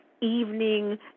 evening